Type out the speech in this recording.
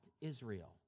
Israel